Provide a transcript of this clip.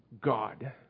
God